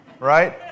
right